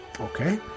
Okay